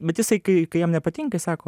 bet jisai kai jam nepatinka jis sako